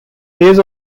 days